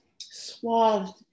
swathed